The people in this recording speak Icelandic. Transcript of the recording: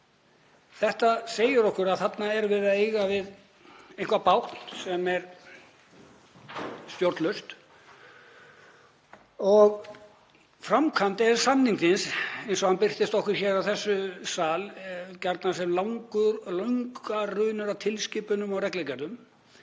Þetta segir okkur að þarna erum við að eiga við eitthvert bákn sem er stjórnlaust. Framkvæmd EES-samningsins eins og hann birtist okkur hér í þessum sal er gjarnan sem langar runur af tilskipunum og reglugerðum